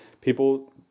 people